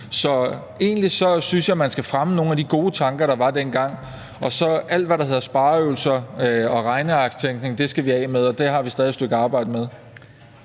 Så egentlig synes jeg, at man skulle fremme nogle af de gode tanker, der var dengang. Og alt, hvad der hedder spareøvelser og regnearkstænkning, skal vi så af med. Og det har vi stadig et stykke arbejde med